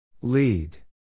Lead